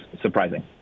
surprising